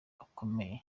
akomeye